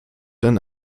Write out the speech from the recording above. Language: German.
denn